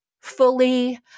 fully